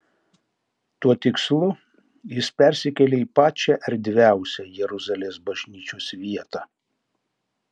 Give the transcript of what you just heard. tuo tikslu jis persikėlė į pačią erdviausią jeruzalės bažnyčios vietą